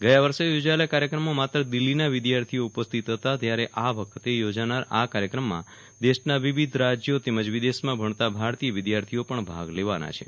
ગયા વર્ષે યોજાયેલા કાર્યક્રમમાં માત્ર દિલ્હીના વિદ્યાર્થીઓ ઉપસ્થિત હતા જયારે આ વખતે યોજનાર આ કાર્યક્રમમાં દેશના વિવિધ રાજયો તેમજ વિદેશમાં ભગ્નતા ભારતીય વિદ્યાર્થીઓ પગ્ન ભાગ લેવાના છે